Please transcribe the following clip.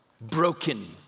broken